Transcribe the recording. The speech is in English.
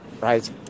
right